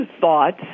thoughts